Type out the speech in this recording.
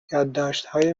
یادداشتهای